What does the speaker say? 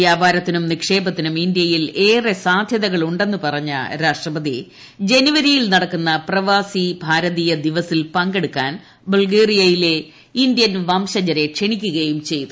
വ്യാപാരത്തിനും നിക്ഷേപത്തിനും ഇന്ത്യയിൽ ഏറെ സാധ്യതകൾ ഉണ്ടെന്ന് പറഞ്ഞ രാഷ്ട്രപതി ജനുവരിയിൽ നടക്കുന്ന പ്രവാസി ഭാരതി ദിവസിൽ പങ്കെടുക്കാൻ ബൾഗേരിയയിലെ ഇന്ത്യൻ വംശജരെ ക്ഷണിക്കുകയും ചെയ്തു